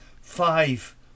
five